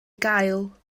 gael